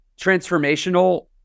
transformational